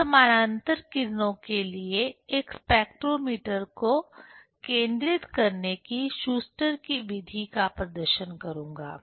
मैं समानांतर किरणों के लिए एक स्पेक्ट्रोमीटर को केंद्रित करने की शूस्टर की विधि Schuster's method का प्रदर्शन करूंगा